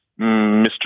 Mr